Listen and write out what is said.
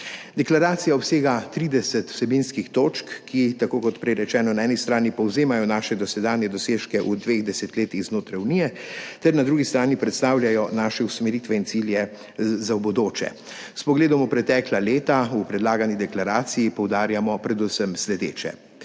Deklaracija obsega 30 vsebinskih točk, ki, tako kot prej rečeno, na eni strani povzemajo naše dosedanje dosežke v dveh desetletjih znotraj Unije ter na drugi strani predstavljajo naše usmeritve in cilje za v bodoče. S pogledom v pretekla leta v predlagani deklaraciji poudarjamo predvsem sledeče.